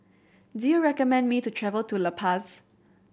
do you recommend me to travel to La Paz